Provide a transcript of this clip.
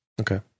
okay